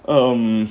um